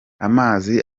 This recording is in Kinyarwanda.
amazi